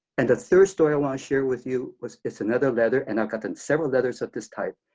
and a third story i want to share with you was, it's another letter, and i've gotten several letters of this type.